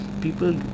people